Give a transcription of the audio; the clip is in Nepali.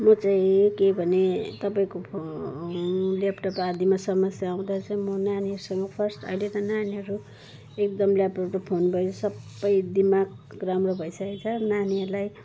म चाहिँ के भने तपाईँको ल्यापटप आदिमा समस्या हुँदा चाहिँ म नानीहरूसँग फर्स्ट अहिले त नानीहरू एकदम ल्यापटप र फोन बारे सबै दिमाग राम्रो भइसकेको छ नानीहरूलाई